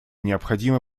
необходимы